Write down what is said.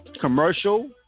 commercial